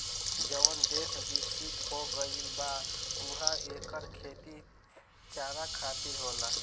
जवन देस बिकसित हो गईल बा उहा एकर खेती चारा खातिर होला